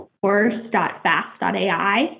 course.fast.ai